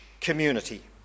community